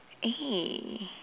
A